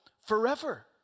forever